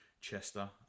Chester